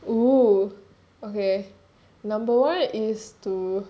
oh okay number one is to